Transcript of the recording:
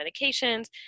medications